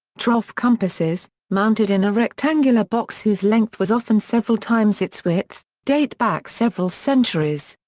trough compasses, mounted in a rectangular box whose length was often several times its width, date back several centuries.